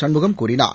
சண்முகம் கூறினார்